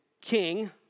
king